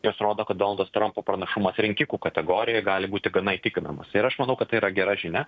jos rodo kad donaldas trampo pranašumas rinkikų kategorijoj gali būti gana įtikinamas ir aš manau kad tai yra gera žinia